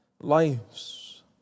lives